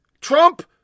Trump